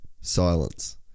silence